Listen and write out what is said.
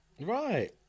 right